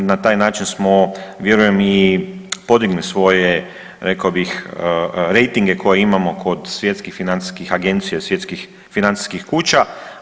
Na taj način smo vjerujem i podigli svoje rekao bih rejtinge koje imamo kod svjetskih financijskih agencija, svjetskih financijskih kuća.